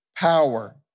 power